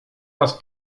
raz